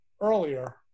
earlier